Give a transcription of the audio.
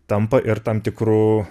tampa ir tam tikru